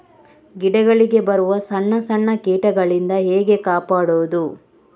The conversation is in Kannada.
ಗಿಡಗಳಿಗೆ ಬರುವ ಸಣ್ಣ ಸಣ್ಣ ಕೀಟಗಳಿಂದ ಹೇಗೆ ಕಾಪಾಡುವುದು?